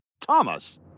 Thomas